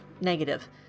negative